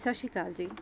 ਸਤਿ ਸ਼੍ਰੀ ਅਕਾਲ ਜੀ